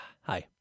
Hi